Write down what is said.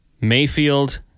Mayfield